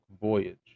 voyage